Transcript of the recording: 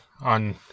on